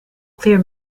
clear